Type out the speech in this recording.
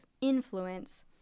influence